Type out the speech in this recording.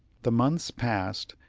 the months passed,